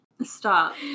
Stop